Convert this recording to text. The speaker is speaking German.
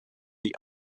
die